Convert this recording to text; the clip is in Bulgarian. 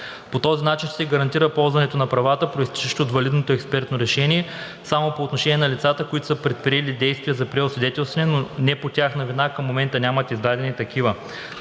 По този начин ще се гарантира ползването на правата, произтичащи от валидното експертно решение само по отношение на лицата, които са предприели действия за преосвидетелстване, но не по тяхна вина към момента нямат издадени такива.